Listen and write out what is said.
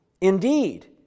Indeed